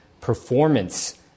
performance